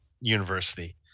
university